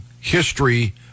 history